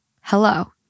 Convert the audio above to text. Hello